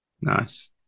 Nice